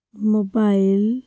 mobile